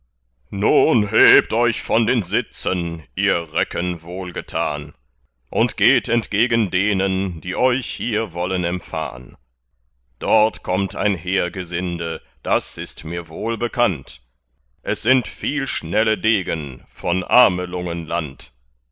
nun hebt euch von den sitzen ihr recken wohlgetan und geht entgegen denen die euch hier wollen empfahn dort kommt ein heergesinde das ist mir wohl bekannt es sind viel schnelle degen von